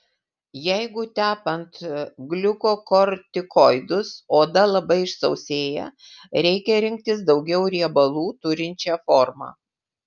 jeigu tepant gliukokortikoidus oda labai išsausėja reikia rinktis daugiau riebalų turinčią formą